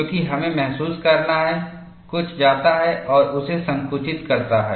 क्योंकि हमें महसूस करना है कुछ जाता है और उसे संकुचित करता है